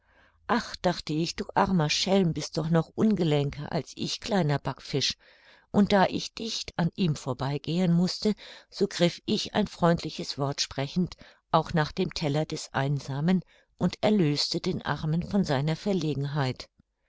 ach dachte ich du armer schelm bist doch noch ungelenker als ich kleiner backfisch und da ich dicht an ihm vorbei gehen mußte so griff ich ein freundliches wort sprechend auch nach dem teller des einsamen und erlöste den armen von seiner verlegenheit